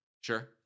Sure